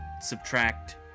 subtract